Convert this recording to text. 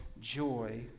joy